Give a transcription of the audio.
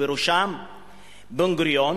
ובראשה בן-גוריון,